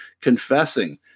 confessing